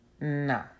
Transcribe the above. No